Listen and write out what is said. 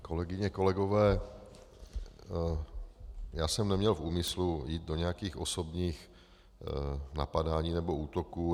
Kolegyně, kolegové, já jsem neměl v úmyslu jít do nějakých osobních napadání nebo útoků.